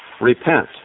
repent